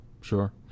sure